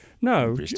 No